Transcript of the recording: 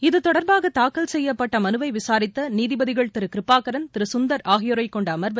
இதுதொடர்பாகதாக்கல் செய்யப்பட் மனுவைவிசாரித்தநீதிபதிகள் திருகிருபாகரன் திருசுந்தர் ஆகியோரைகொண்டஅமர்வு